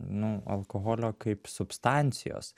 nu alkoholio kaip substancijos